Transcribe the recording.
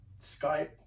Skype